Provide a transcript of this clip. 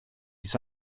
his